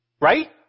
Right